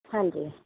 ਹਾਂਜੀ